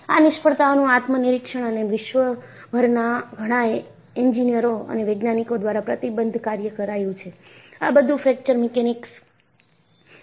આ નિષ્ફળતાઓનું આત્મનિરીક્ષણ અને વિશ્વભરના ઘણા એન્જિનિયરો અને વૈજ્ઞાનિકો દ્વારા પ્રતિબદ્ધ કાર્ય કરાયું છે આ બધું ફ્રેક્ચર મિકેનિક્સ ના વિકાસ તરફ લઈ ગયું છે